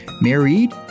Married